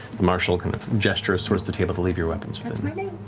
the marshal kind of gestures towards the table to leave your weapons within.